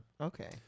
Okay